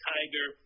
Tiger